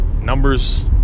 numbers